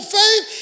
faith